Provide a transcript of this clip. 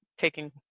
taking